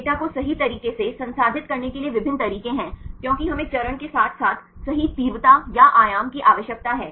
इस डेटा को सही तरीके से संसाधित करने के लिए विभिन्न तरीके हैं क्योंकि हमें चरण के साथ साथ सही तीव्रता या आयाम की आवश्यकता है